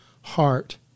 heart